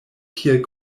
kiel